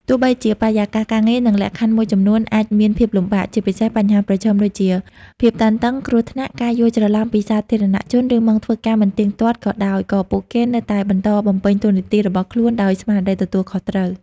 ទោះបីជាបរិយាកាសការងារ និងលក្ខខណ្ឌមួយចំនួនអាចមានភាពលំបាក ជាពិសេសបញ្ហាប្រឈមដូចជាភាពតានតឹង គ្រោះថ្នាក់ ការយល់ច្រឡំពីសាធារណជន ឬម៉ោងធ្វើការមិនទៀងទាត់ក៏ដោយ ក៏ពួកគេនៅតែបន្តបំពេញតួនាទីរបស់ខ្លួនដោយស្មារតីទទួលខុសត្រូវ។